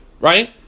right